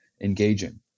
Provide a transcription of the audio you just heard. Engaging